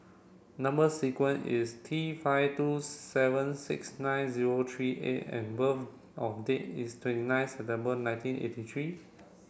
number sequence is T five two seven six nine zero three A and birth of date is twenty nine September nineteen eighty three